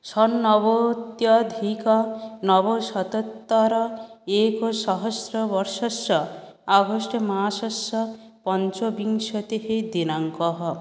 षण्णवत्यधिक नवशतोत्तर एकसहस्रवर्षस्य आगष्ट्मासस्य पञ्चविंशतिः दिनाङ्कः